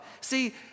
See